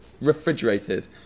Refrigerated